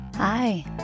Hi